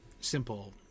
simple